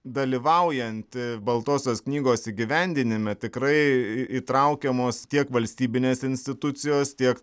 dalyvaujanti baltosios knygos įgyvendinime tikrai įtraukiamos tiek valstybinės institucijos tiek